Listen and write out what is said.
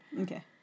Okay